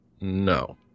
no